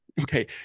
okay